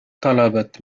طلبت